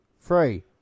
three